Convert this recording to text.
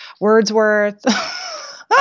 Wordsworth